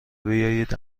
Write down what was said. بیایید